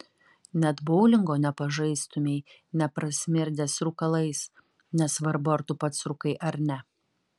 net boulingo nepažaistumei neprasmirdęs rūkalais nesvarbu ar tu pats rūkai ar ne